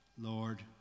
Lord